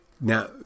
Now